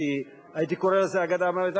הייתי קורא לזה "הגדה המערבית".